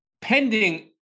pending